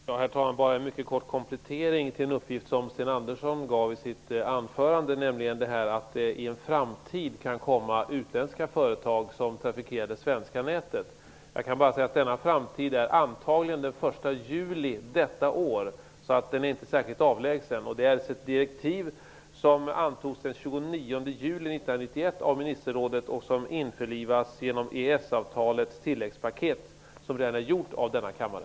Herr talman! Jag har bara en kort komplettering till en uppgift som Sten Andersson i Malmö gav i sitt anförande, nämligen att det i en framtid kan komma utländska företag som trafikerar det svenska nätet. Jag kan bara säga att denna framtid antagligen är den 1 juli detta år. Den är inte särskilt avlägsen. Det är ett direktiv som antogs den 29 juli 1991 av ministerrådet och som införlivas genom EES avtalets tilläggspaket, vilket redan har gjorts av denna kammare.